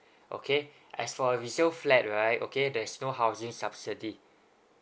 okay as for a resale flat right okay there's no housing subsidy